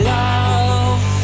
love